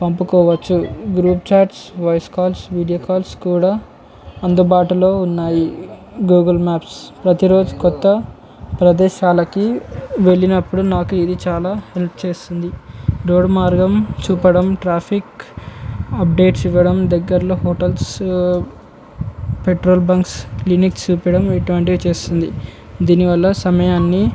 పంపుకోవచ్చు group chats voice calls video calls కూడా అందుబాటులో ఉన్నాయి గూగుల్ మ్యాప్స్ ప్రతిరోజు క్రొత్త ప్రదేశాలకి వెళ్ళినప్పుడు నాకు ఇది చాలా హెల్ప్ చేస్తుంది రోడ్ మార్గం చూపడం ట్రాఫిక్ అప్డేట్స్ ఇవ్వడం దగ్గరలో హోటల్స్ పెట్రోల్ బంక్స్ క్లినిక్స్ చూపడం ఇటువంటివి చేస్తుంది దీనివల్ల సమయాన్ని